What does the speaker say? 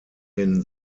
den